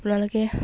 আপোনালোকে